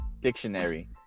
dictionary